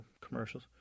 commercials